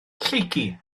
lleucu